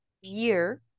year